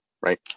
right